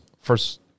first